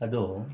ಅದು